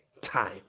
time